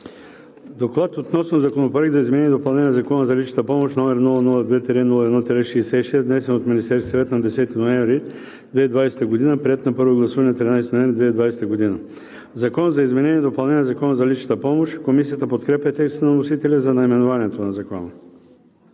„Доклад относно Законопроект за изменение и допълнение на Закона за личната помощ, № 002-01-66, внесен от Министерския съвет на 10 ноември 2020 г., приет на първо гласуване на 13 ноември 2020 г. „Закон за изменение и допълнение на Закона за личната помощ“.“ Комисията подкрепя текста вносителя за наименованието на Закона.